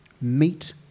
meet